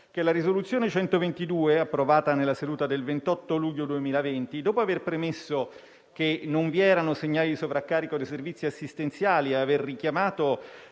che la risoluzione n. 1 (testo 2), approvata nella seduta del 28 luglio 2020, dopo aver premesso che non vi erano segnali di sovraccarico dei servizi assistenziali e aver richiamato